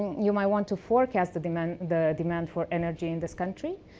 you might want to forecast the demand the demand for energy in this country.